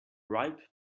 ripe